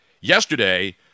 yesterday